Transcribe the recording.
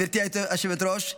גברתי היושבת-ראש,